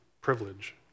privilege